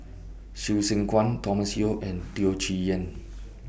Hsu Tse Kwang Thomas Yeo and Teo Chee Hean